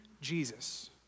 Jesus